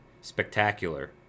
spectacular